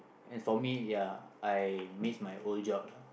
and for me ya I miss my old job lah